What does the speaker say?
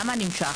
למה זה נמשך?